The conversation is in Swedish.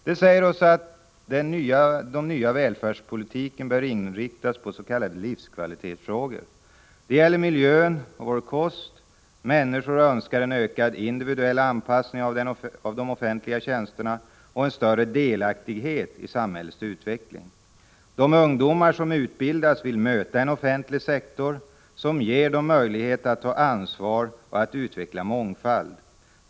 Det säger oss att den nya välfärdspolitiken bör inriktas på de s.k. livskvalitetsfrågorna. Det gäller miljön och vår kost. Människor önskar en ökad individuell anpassning av de offentliga tjänsterna och en större delaktighet i samhällets utveckling. De ungdomar som utbildas vill möta en offentlig sektor som ger dem möjligheter att ta ansvar och utveckla mångfald.